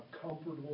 comfortable